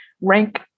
rank